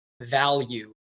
value